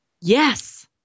yes